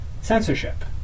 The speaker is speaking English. censorship